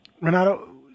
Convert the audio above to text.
Renato